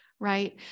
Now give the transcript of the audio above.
Right